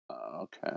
okay